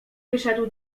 wyszedł